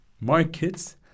markets